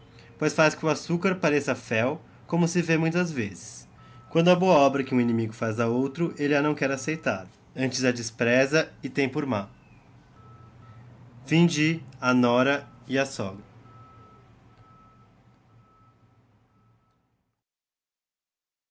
pois faz que o açúcar pareça fel como se vê muitas vezes quando a boa obra que hum inimigo faz da outro elle a dtio quer aceitar antes a despresa e tem pôr má fabula vl o asno a